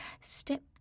Step